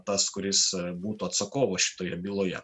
tas kuris būtų atsakovu šitoje byloje